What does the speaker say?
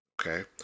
Okay